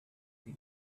the